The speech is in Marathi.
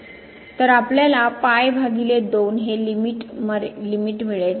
तर आपल्याला pi भागिले २ हे लिमिट मर्यादा मिळेल